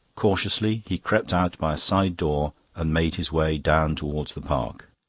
cautiously he crept out by a side door and made his way down towards the park.